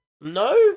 No